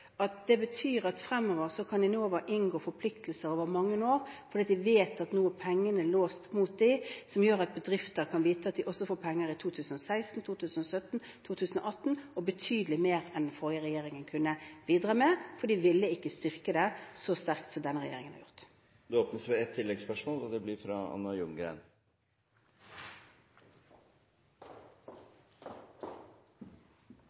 betyr at Enova fremover kan inngå forpliktelser over mange år, fordi de vet at pengene nå er låst mot dem, noe som gjør at bedrifter kan vite at de også får penger i 2016, 2017 og 2018. Det er betydelig mer enn den forrige regjeringen kunne bidra med, for de ville ikke styrke dette så sterkt som denne regjeringen har gjort. Det åpnes for ett oppfølgingsspørsmål – Anna Ljunggren. Klima- og